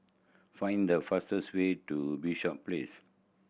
find the fastest way to Bishops Place